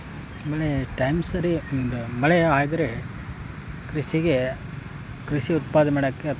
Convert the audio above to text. ಐಯ್ ದೊಡ್ದು ಏನಾರ ಬೇಯ್ ಭಾಳ ಮಂದಿ ಬಂದ್ರೆ ಐದು ಲೀಟ್ರ್ ಕುಕ್ಕರ್ ಮತ್ತು ಹತ್ತು ಲೀಟ್ರ್ ಕುಕ್ಕರ್